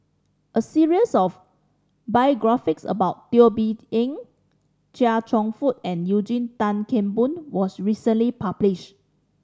a series of biographies about Teo Bee Yen Chia Cheong Fook and Eugene Tan Kheng Boon was recently publish